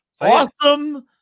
awesome